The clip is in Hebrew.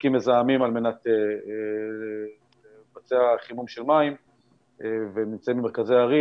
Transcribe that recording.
בדלקים מזהמים על מנת לבצע חימום של מים ונמצאים במרכזי הערים,